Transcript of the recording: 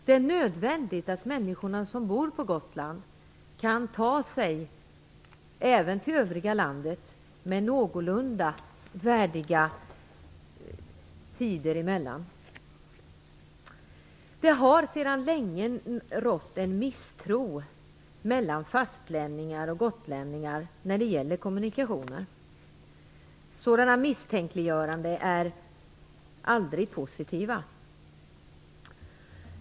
Det är nödvändigt att människor som bor på Gotland kan ta sig till övriga landet med någorlunda regelbundenhet. Det har sedan länge rått en misstro mellan fastlänningar och gotlänningar när det gäller kommunikationer. Misstänkliggöranden är aldrig positiva.